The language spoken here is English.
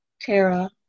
Tara